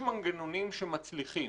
איפה יש מנגנונים שמצליחים?